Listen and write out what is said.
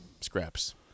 scraps